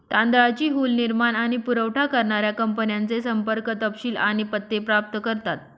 तांदळाची हुल निर्माण आणि पुरावठा करणाऱ्या कंपन्यांचे संपर्क तपशील आणि पत्ते प्राप्त करतात